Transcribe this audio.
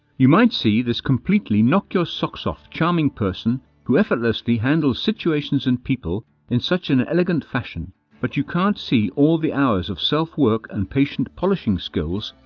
you might see this completely knock-your-socks-off charming person who effortlessly handles situations and people in such an elegantly fashion but you can't see all the hours of self-work, of and patiently polishing skills,